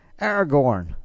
Aragorn